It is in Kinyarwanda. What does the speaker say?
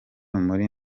muri